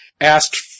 asked